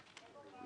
והיצרנים.